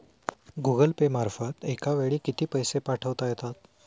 Google Pay मार्फत एका वेळी किती पैसे पाठवता येतात?